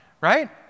Right